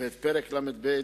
ואת פרק ל"ב,